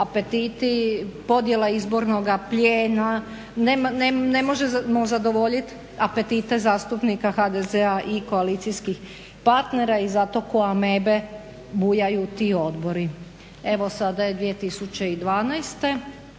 apetiti, podjela izbornoga plijena, ne možemo zadovoljiti apetite zastupnika HDZ-a i koalicijskih partnera i zato ko amebe bujaju ti odbori. Evo sada je